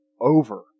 over